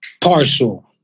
Partial